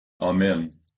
Amen